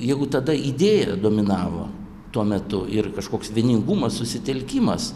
jeigu tada idėja dominavo tuo metu ir kažkoks vieningumas susitelkimas